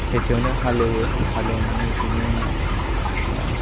सेथियावनो हाल एवो हाल एवनानै बिनि उनाव